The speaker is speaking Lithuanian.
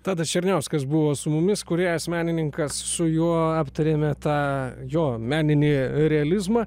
tadas černiauskas buvo su mumis kūrėjas menininkas su juo aptarėme tą jo meninį realizmą